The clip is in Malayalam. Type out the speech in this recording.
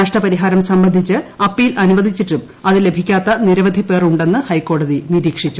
നഷ്ടപരിഹാരം സംബന്ധിച്ച് അപ്പീൽ അനുവദിച്ചിട്ടും അത് ലഭിക്കാത്ത നിരവധി പേർ ഉണ്ടെന്ന് ഹൈക്കോടതി നിരീക്ഷിച്ചു